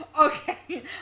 okay